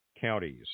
counties